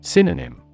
Synonym